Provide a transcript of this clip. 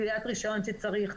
שלילת רישיון כשצריך,